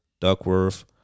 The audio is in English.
Duckworth